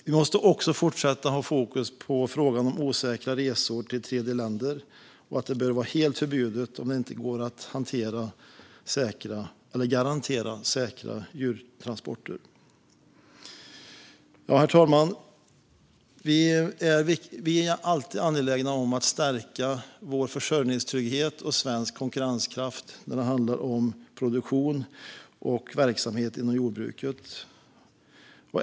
Vi måste också fortsätta att ha fokus på frågan om osäkra resor till tredjeländer. De bör vara helt förbjudna om det inte går att garantera säkra djurtransporter. Herr talman! Vi är alltid angelägna om att stärka vår försörjningstrygghet och svensk konkurrenskraft när det handlar om produktion och verksamhet inom jordbruket.